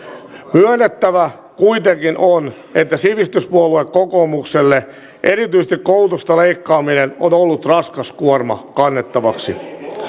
myönnettävä kuitenkin on että sivistyspuolue kokoomukselle erityisesti koulutuksesta leikkaaminen on ollut raskas kuorma kannettavaksi